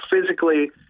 physically